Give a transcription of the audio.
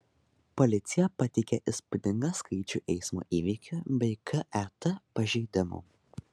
policija pateikė įspūdingą skaičių eismo įvykių bei ket pažeidimų